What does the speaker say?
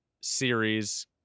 series